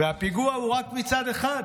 והפיגוע הוא רק מצד אחד,